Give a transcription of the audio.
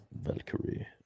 Valkyrie